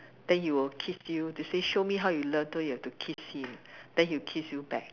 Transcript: then he will kiss you to say show me how you love so you have to kiss him then he'll kiss you back